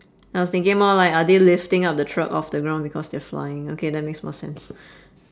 I was thinking more like are they lifting up the truck off the ground because they're flying okay that makes more sense